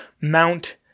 Mount